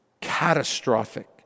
catastrophic